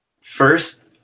first